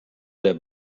der